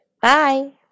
Bye